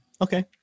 Okay